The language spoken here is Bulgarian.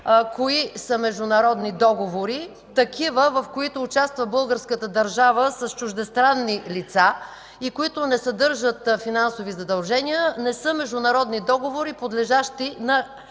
кои са международни договори – такива, в които участва българската държава с чуждестранни лица и които не съдържат финансови задължения, не са международни договори, подлежащи на